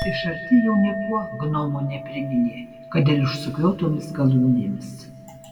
iš arti jau niekuo gnomo nepriminė kad ir išsukiotomis galūnėmis